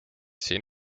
siin